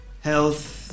health